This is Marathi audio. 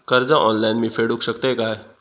कर्ज ऑनलाइन मी फेडूक शकतय काय?